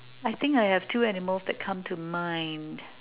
I think I have two animals that come to mind